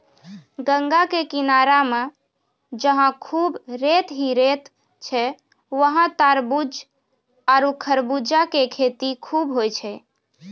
गंगा के किनारा मॅ जहां खूब रेत हीं रेत छै वहाँ तारबूज आरो खरबूजा के खेती खूब होय छै